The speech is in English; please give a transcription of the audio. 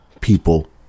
people